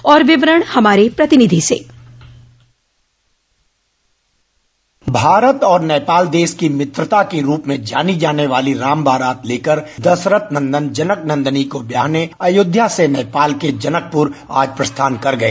और विवरण हमारे प्रतिनिधि से भारत और नेपाल देश की मित्रता के रूप में जानी जाने वाली राम बारात लेकर दशरथ नंदन जनक नंदनी को ब्याहने अयोध्या से नेपाल के जनकपुर आज प्रस्थान कर गए